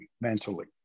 mentally